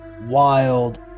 wild